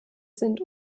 sind